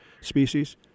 species